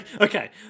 okay